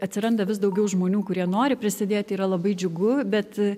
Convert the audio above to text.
atsiranda vis daugiau žmonių kurie nori prisidėti yra labai džiugu bet